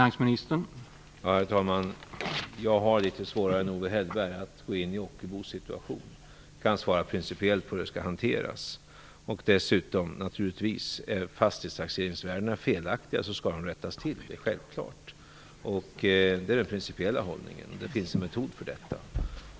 Herr talman! Jag har litet svårare än Owe Hellberg att gå in på Ockelbos situation. Jag kan svara principiellt på hur saken skall hanteras. Om fastighetstaxeringsvärdena är felaktiga skall de rättas till, det är självklart, och det är den principiella hållningen. Det finns en metod för detta.